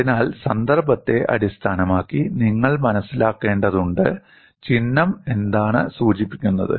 അതിനാൽ സന്ദർഭത്തെ അടിസ്ഥാനമാക്കി നിങ്ങൾ മനസിലാക്കേണ്ടതുണ്ട് ചിഹ്നം എന്താണ് സൂചിപ്പിക്കുന്നത്